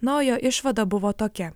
na o jo išvada buvo tokia